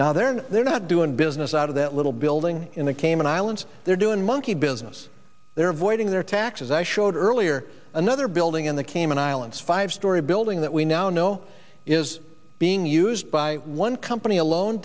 now they're not they're not doing business out of that little building in the cayman islands they're doing monkey business they're avoiding their taxes i showed earlier another building in the cayman islands five story building that we now know is being used by one company alone